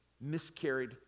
miscarried